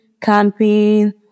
camping